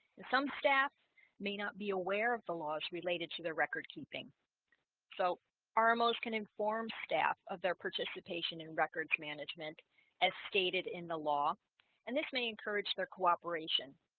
some staff may not be aware of the laws related to their record-keeping so ah rmos can inform staff of their participation in records management as stated in the law and this may encourage their cooperation